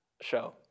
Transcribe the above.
show